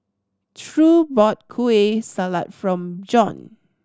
True bought Kueh Salat from Bjorn